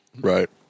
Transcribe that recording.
right